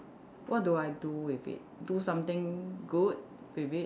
what do I do with it do something good with it